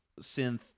synth